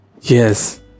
Yes